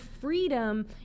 freedom